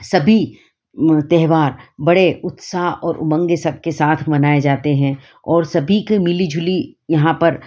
सभी त्योहार बड़े उत्साह और उमंग सबके साथ मनाए जाते हैं और सभी के मिली जुली यहाँ पर